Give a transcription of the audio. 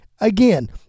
again